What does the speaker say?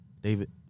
David